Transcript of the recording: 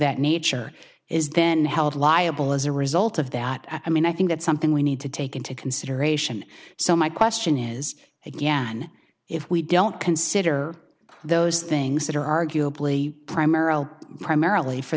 that nature is then held liable as a result of that i mean i think that's something we need to take into consideration so my question is again if we don't consider those things that are arguably primarily primarily for